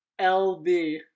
lb